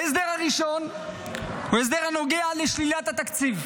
ההסדר הראשון הוא הסדר הנוגע לשלילת התקציב.